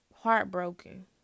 heartbroken